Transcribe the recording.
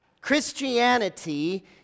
Christianity